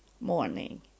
morning